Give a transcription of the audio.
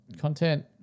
content